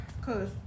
Cause